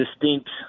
distinct